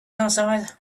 outside